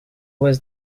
was